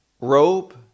robe